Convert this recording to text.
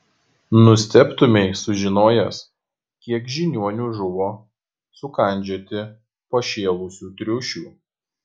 nustebtumei sužinojęs kiek žiniuonių žuvo sukandžioti pašėlusių triušių